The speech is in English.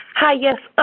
hi yes.